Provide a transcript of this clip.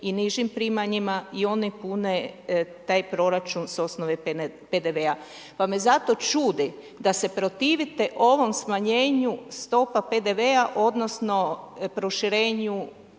i nižim primanjima i oni pune taj proračun s osnove PDV-a pa me zato čudi da se protivite ovom smanjenju stopa PDV-a, odnosno proširenju